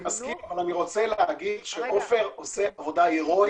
מסכים אבל רוצה להגיד שעופר עושה עבודה הרואית.